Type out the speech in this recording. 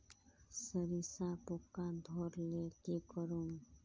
सरिसा पूका धोर ले की करूम?